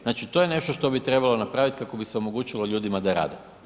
Znači to je nešto što bi trebalo napraviti kako bi se omogućilo ljudima da rade.